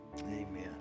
amen